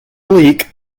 leak